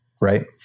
Right